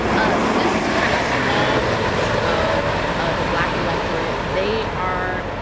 ah this kind of small piece of of the black electorate, they are